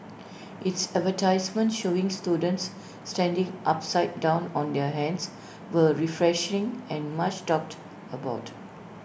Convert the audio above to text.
its advertisements showing students standing upside down on their hands were refreshing and much talked about